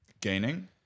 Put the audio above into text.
gaining